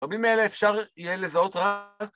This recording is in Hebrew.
רבים מאלה אפשר יהיה לזהות רק